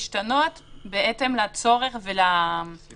אולי גם להוסיף לתקופה "ובמידה